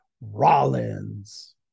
Rollins